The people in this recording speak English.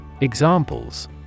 Examples